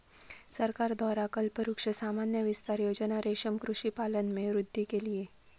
सरकार द्वारा कल्पवृक्ष सामान्य विस्तार योजना रेशम कृषि पालन में वृद्धि के लिए